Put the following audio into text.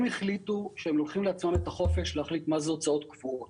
הם החליטו שהם לוקחים לעצמם את החופש להחליט מה זה הוצאות קבועות,